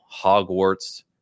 hogwarts